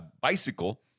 Bicycle